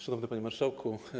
Szanowny Panie Marszałku!